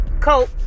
cope